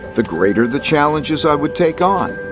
the greater the challenges i would take on.